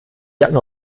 jacken